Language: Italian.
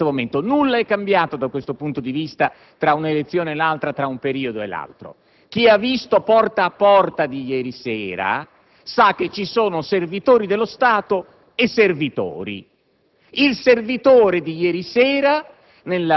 perché questa è la condizione dell'Italia in questo momento. Nulla è cambiato, da questo punto di vista, tra un'elezione e l'altra, tra un periodo e l'altro. Chi ha visto la trasmissione «Porta a Porta» di ieri sera sa che ci sono servitori dello Stato e servitori.